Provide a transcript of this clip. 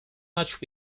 much